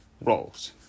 roles